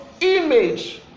image